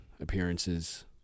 appearances